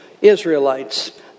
Israelites